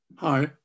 hi